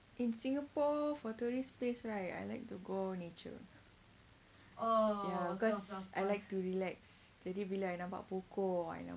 in singapore for tourist place right I like to go nature ya cause I like to relax jadi bila I nampak pokok I nampak